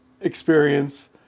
experience